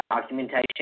documentation